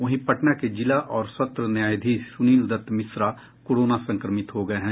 वहीं पटना के जिला और सत्र न्यायाधीश सुनिल दत्त मिश्रा कोरोना संक्रमित हो गये हैं